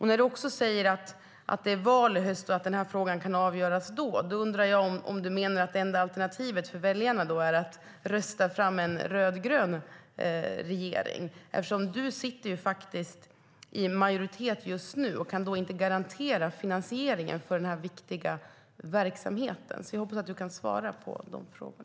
När du också skriver i artikeln, Maria Arnholm, att det är val i höst och att denna fråga kan avgöras då, undrar jag om du menar att det enda alternativet för väljarna är att rösta fram en rödgrön regering eftersom du faktiskt sitter i majoritet just nu och inte kan garantera finansieringen för denna viktiga verksamhet. Jag hoppas därför att du kan svara på dessa frågor.